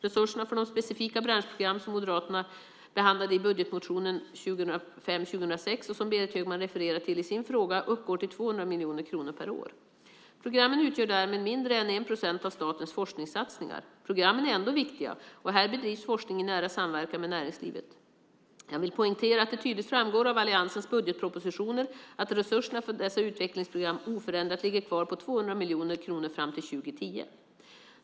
Resurserna för de specifika branschprogram som Moderaterna behandlade i budgetmotionen 2005/06 och som Berit Högman refererar till i sin fråga uppgår till 200 miljoner kronor per år. Programmen utgör därmed mindre än 1 procent av statens forskningssatsningar. Programmen är ändå viktiga. Här bedrivs forskning i nära samverkan med näringslivet. Jag vill poängtera att det tydligt framgår av alliansens budgetpropositioner att resurserna för dessa utvecklingsprogram oförändrat ligger kvar på 200 miljoner kronor fram till år 2010.